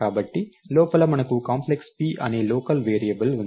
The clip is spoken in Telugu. కాబట్టి లోపల మనకు కాంప్లెక్స్ p అనే లోకల్ వేరియబుల్ ఉంది